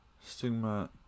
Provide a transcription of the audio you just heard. stigma